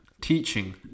teaching